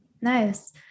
Nice